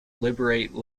literate